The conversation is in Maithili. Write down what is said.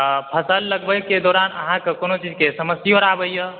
फसल लगबैक दौरान अहाँकेॅं कोनो चीज़के समस्यो आबैया